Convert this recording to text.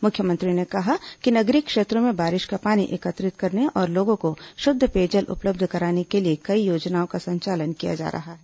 मुख्यमंत्री ने कहा कि नगरीय क्षेत्रों में बारिश का पानी एकत्रित करने और लोगों को शुद्ध पेयजल उपलब्ध कराने के लिए कई योजनाओं का संचालन किया जा रहा है